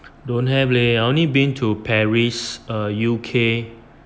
don't have leh I only been to paris err U_K